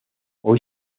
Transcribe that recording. hoy